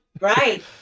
Right